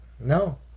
No